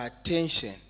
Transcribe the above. attention